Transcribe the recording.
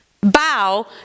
bow